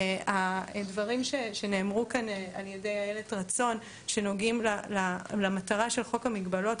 הדברים שנאמרו כאן על ידי איילת רצון שנוגעים למטרה של חוק המגבלות,